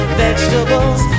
vegetables